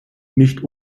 nicht